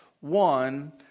one